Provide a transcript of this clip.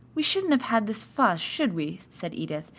we shouldn't have had this fuss, should we, said edith,